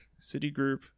Citigroup